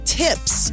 tips